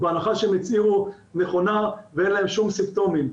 בהנחה שהם הצהירו נכונה ואין להם שום סימפטומים.